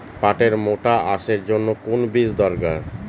পাটের মোটা আঁশের জন্য কোন বীজ দরকার?